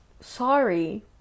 sorry